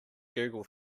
google